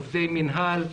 עובדי מינהל,